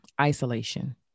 isolation